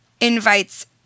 invites